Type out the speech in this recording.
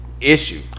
issue